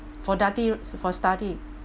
for for study